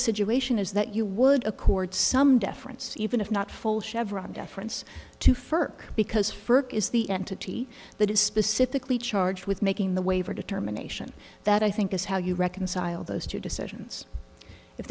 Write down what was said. situation is that you would accord some deference even if not full chevron deference to first because firk is the entity that is specifically charged with making the waiver determination that i think is how you reconcile those two decisions if